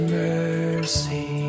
mercy